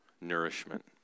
nourishment